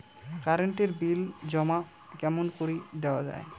Current এর bill জমা কেমন করি দেওয়া যায়?